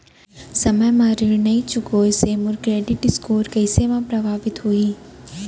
समय म ऋण नई चुकोय से मोर क्रेडिट स्कोर कइसे म प्रभावित होही?